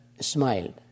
smiled